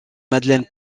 madeleine